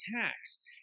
tax